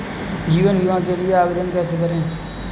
जीवन बीमा के लिए आवेदन कैसे करें?